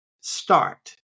start